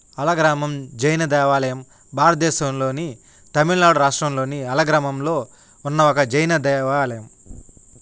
అలగ్రామం జైన దేవాలయం భారతదేశంలోని తమిళనాడు రాష్ట్రంలోని అలగ్రామంలో ఉన్న ఒక జైన దేవాలయం